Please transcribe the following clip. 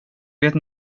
vet